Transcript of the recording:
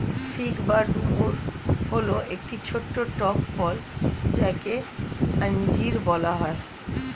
fig বা ডুমুর হল একটি ছোট্ট টক ফল যাকে আঞ্জির বলা হয়